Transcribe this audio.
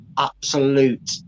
absolute